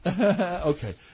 Okay